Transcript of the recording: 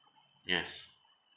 yes